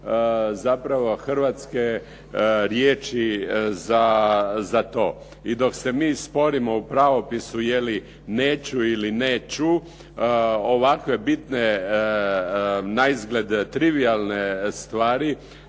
zapravo hrvatske riječi za to. I dok se mi sporimo u pravopisu jeli neću ili ne ću, ovakve bitne naizgled trivijalne stvari,